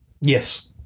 Yes